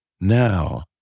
now